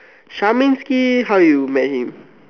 Charmanski how you met him